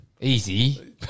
Easy